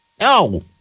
No